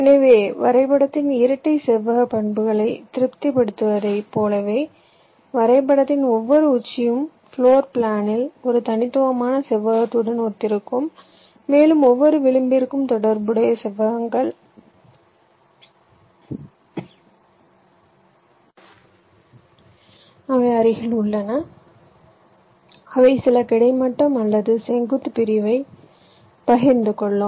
எனவே வரைபடத்தின் இரட்டை செவ்வக பண்புகளை திருப்திப்படுத்தியதைப் போலவே வரைபடத்தின் ஒவ்வொரு உச்சியும் பிளோர் பிளானில் ஒரு தனித்துவமான செவ்வகத்துடன் ஒத்திருக்கும் மேலும் ஒவ்வொரு விளிம்பிற்கும் தொடர்புடைய செவ்வகங்கள் அவை அருகில் உள்ளன அவை சில கிடைமட்டம் அல்லது செங்குத்து பிரிவை பகிர்ந்து கொள்ளும்